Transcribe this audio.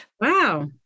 wow